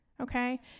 okay